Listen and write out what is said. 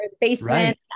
basement